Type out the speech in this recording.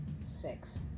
six